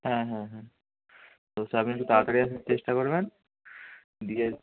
হ্যাঁ হ্যাঁ হ্যাঁ তো আপনি একটু তাড়াতাড়ি আসার চেষ্টা করবেন দিয়ে